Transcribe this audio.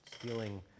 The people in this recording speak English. stealing